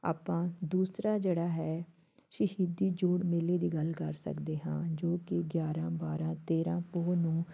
ਆਪਾਂ ਦੂਸਰਾ ਜਿਹੜਾ ਹੈ ਸ਼ਹੀਦੀ ਜੋੜ ਮੇਲੇ ਦੀ ਗੱਲ ਕਰ ਸਕਦੇ ਹਾਂ ਜੋ ਕਿ ਗਿਆਰ੍ਹਾਂ ਬਾਰ੍ਹਾਂ ਤੇਰ੍ਹਾਂ ਪੋਹ ਨੂੰ